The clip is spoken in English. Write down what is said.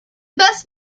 best